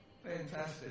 Fantastic